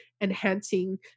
enhancing